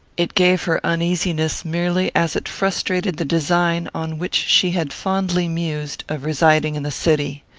it gave her uneasiness, merely as it frustrated the design, on which she had fondly mused, of residing in the city.